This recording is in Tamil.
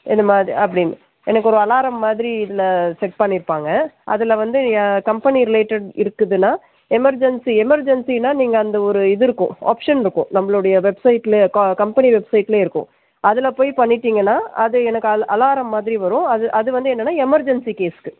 இந்தமாதி அப்படினு எனக்கு ஒரு அலாரம் மாதிரி இதில் செட் பண்ணிருப்பாங்க அதில் வந்தது கம்பெனி ரிலேட்டட் இருக்குதுன்னா எமர்ஜென்சி எமர்ஜென்சின்னா நீங்கள் அந்த ஒரு இதுருக்கும் ஆப்ஷன் இருக்கும் நம்பளுடைய வெப்சைட்லியே கம்பெனி வெப்சைட்லயே இருக்கும் அதில் போய் பண்ணிவிட்டிங்கனா அது எனக்கு அலா அலாரம் மாதிரி வரும் அது அது வந்து என்னன்னா எமர்ஜென்சி கேஸ்க்கு